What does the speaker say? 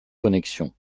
connexions